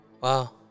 Wow